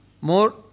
more